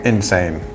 Insane